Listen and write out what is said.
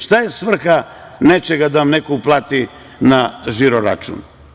Šta je svrha nečega da vam neko uplati na žiro račun?